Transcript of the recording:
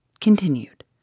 Continued